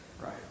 Right